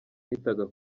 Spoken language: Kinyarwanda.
nitaga